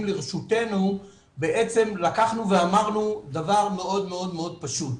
לרשותנו בעצם לקחנו ואמרנו דבר מאוד מאוד פשוט,